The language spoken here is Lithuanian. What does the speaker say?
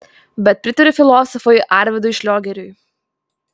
bet pritariu filosofui arvydui šliogeriui